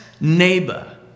neighbor